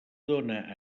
dóna